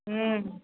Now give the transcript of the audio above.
ह्म्म